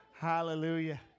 Hallelujah